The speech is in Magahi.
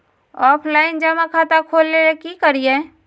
ऑफलाइन जमा खाता खोले ले की करिए?